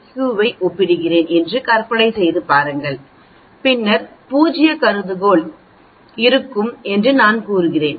க்யூவை ஒப்பிடுகிறேன் என்று கற்பனை செய்து பாருங்கள் பின்னர் பூஜ்ய கருதுகோள் இருக்கும் என்று நான் கூறுவேன்